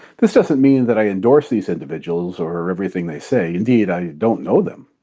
this doesn't mean that i endorse these individuals or everything they say indeed, i don't know them.